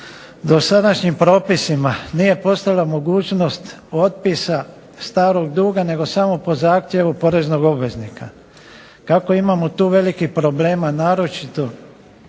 dosadašnjim propisima nije postojala mogućnost otpisa starog duga nego samo po zahtjevu poreznog obveznika. Kako imamo tu velikih problema naročito